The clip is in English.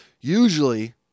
Usually